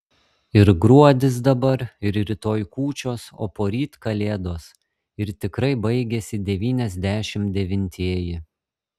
ir gruodis dabar ir rytoj kūčios o poryt kalėdos ir tikrai baigiasi devyniasdešimt devintieji